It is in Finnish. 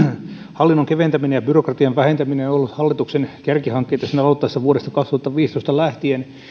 hallinnon keventäminen ja byrokratian vähentäminen ovat olleet hallituksen kärkihankkeita sen aloittamisesta vuodesta kaksituhattaviisitoista lähtien